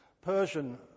Persian